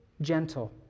gentle